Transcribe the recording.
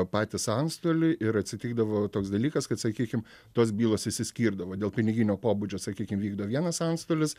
patys antstoliui ir atsitikdavo toks dalykas kad sakykim tos bylos išsiskirdavo dėl piniginio pobūdžio sakykim vykdo vienas antstolis